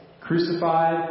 Crucified